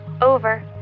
over